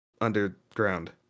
underground